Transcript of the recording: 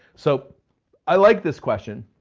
so i like this question,